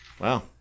Wow